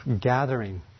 gathering